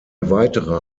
weitere